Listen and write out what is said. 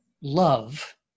love